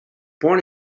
born